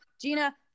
gina